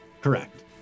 Correct